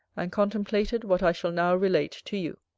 and contemplated what i shall now relate to you.